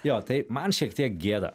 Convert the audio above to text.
jo tai man šiek tiek gėda